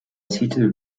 titel